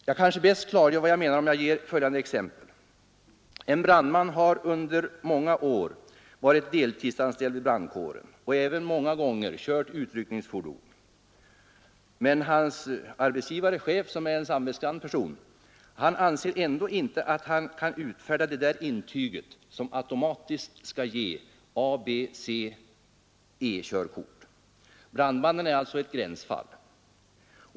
Jag kanske bäst klargör vad jag menar genom att ge ett exempel. En brandman har under många år varit deltidsanställd vid brandkåren och många gånger kört utryckningsfordon. Hans chef, som är en samvetsgrann person, anser sig inte kunna utfärda det intyg som automatiskt skall ge ABCE-körkort. Denne brandman är alltså ett gränsfall.